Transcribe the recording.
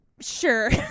Sure